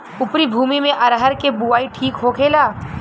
उपरी भूमी में अरहर के बुआई ठीक होखेला?